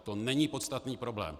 To není podstatný problém.